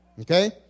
Okay